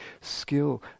Skill